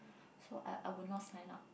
I would not sign up